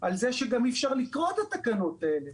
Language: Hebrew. על זה שאי-אפשר לקרוא את התקנות האלה,